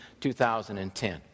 2010